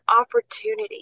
opportunity—